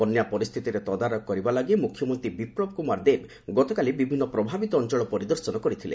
ବନ୍ୟା ପରିସ୍ଥିତିର ତଦାରଖ କରିବା ଲାଗି ମୁଖ୍ୟମନ୍ତ୍ରୀ ବିପ୍ଲବ କୁମାର ଦେବ ଗତକାଲି ବିଭିନ୍ନ ପ୍ରଭାବିତ ଅଞ୍ଚଳ ପରିଦର୍ଶନ କରିଥିଲେ